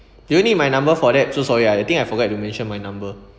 do you need my number for that so sorry I think I forget to mention my number